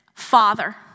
father